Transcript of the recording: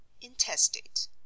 intestate